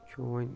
چھُ وۄنۍ